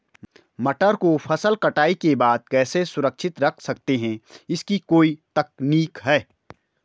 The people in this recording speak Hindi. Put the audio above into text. मटर को फसल कटाई के बाद कैसे सुरक्षित रख सकते हैं इसकी कोई तकनीक है?